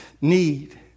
need